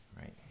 Right